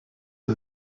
een